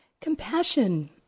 Compassion